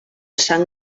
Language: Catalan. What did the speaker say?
sant